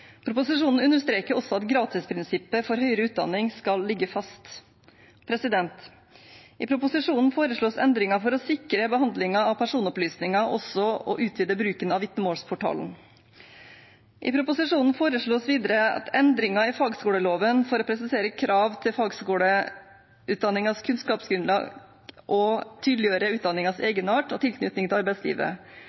Proposisjonen understreker også at gratisprinsippet for høyere utdanning skal ligge fast. I proposisjonen foreslås det endringer for å sikre behandlingen av personopplysninger og å utvide bruken av Vitnemålsportalen. I proposisjonen foreslås det videre endringer i fagskoleloven for å presisere krav til fagskoleutdanningens kunnskapsgrunnlag og å tydeliggjøre utdanningens egenart og tilknytning til arbeidslivet.